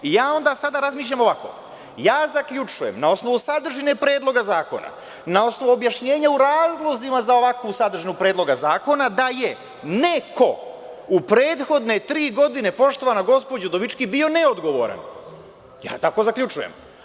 Sada razmišljam ovako, zaključujem na osnovu sadržine Predloga zakona, na osnovu objašnjenja u razlozima za ovakvu sadržinu Predloga zakona, da je neko u prethodne tri godine, poštovana gospođo Udovički, bio neodgovoran, tako zaključujem.